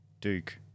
Duke